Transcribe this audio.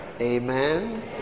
amen